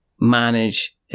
manage